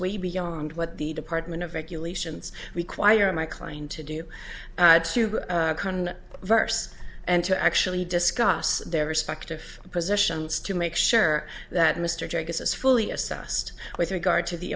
way beyond what the department of regulations require my client to do verse and to actually discuss their respective positions to make sure that mr jaggers is fully assessed with regard to the